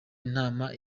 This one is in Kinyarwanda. inama